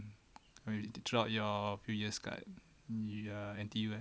I mean you did throughout your few years kat the uh N_T_U